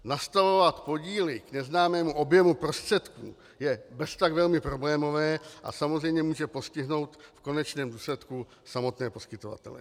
Nastavovat podíly k neznámému objemu prostředků je beztak velmi problémové a samozřejmě může postihnout v konečném důsledku samotné poskytovatele.